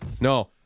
No